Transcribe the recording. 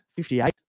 58